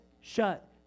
shut